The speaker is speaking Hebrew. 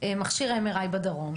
מכשיר MRI בדרום,